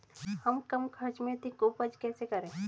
हम कम खर्च में अधिक उपज कैसे करें?